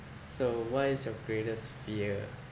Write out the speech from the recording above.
so what is your greatest fear